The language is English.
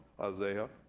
Isaiah